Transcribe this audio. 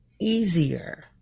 easier